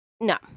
no